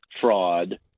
fraud